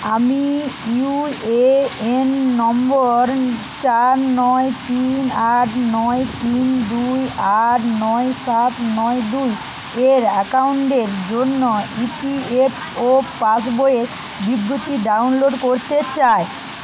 আমি ইউএএন নম্বর চার নয় তিন আট নয় তিন দুই আট নয় সাত নয় দুই এর অ্যাকাউন্টের জন্য ইপিএফও পাসবইয়ের বিবৃতি ডাউনলোড করতে চাই